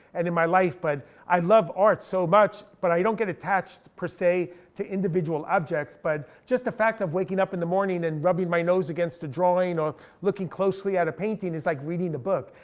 and in my life, but i love art so much, but i don't get attached per se to individual objects. but just the fact of waking up in the morning, and rubbing my against a drawing, or looking closely at a painting is like reading a book.